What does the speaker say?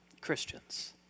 Christians